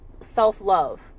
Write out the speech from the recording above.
self-love